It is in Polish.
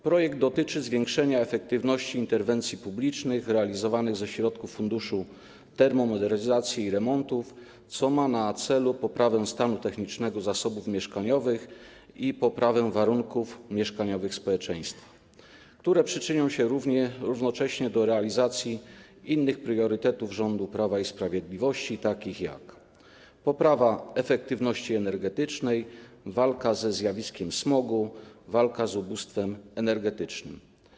Projekt dotyczy zwiększenia efektywności interwencji publicznych realizowanych ze środków Funduszu Termomodernizacji i Remontów, co ma na celu poprawę stanu technicznego zasobów mieszkaniowych i poprawę warunków mieszkaniowych społeczeństwa, co przyczyni się równocześnie do realizacji innych priorytetów rządu Prawa i Sprawiedliwości, takich jak poprawa efektywności energetycznej, walka ze zjawiskiem smogu i walka z ubóstwem energetycznym.